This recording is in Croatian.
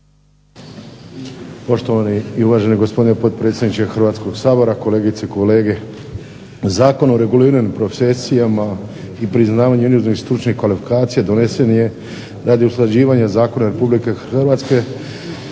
Poštovani i uvaženi gospodine potpredsjedniče Hrvatskoga sabora, kolegice i kolege. Zakon o reguliranju profesijama i priznavanju inozemnih stručnih kvalifikacija donesen je radi usklađivanja zakona Republike Hrvatske